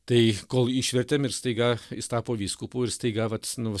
tai kol išvertėm ir staiga jis tapo vyskupu ir staiga vat nu